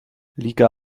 liga